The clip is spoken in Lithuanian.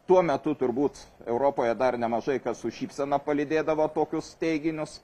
tuo metu turbūt europoje dar nemažai kas su šypsena palydėdavo tokius teiginius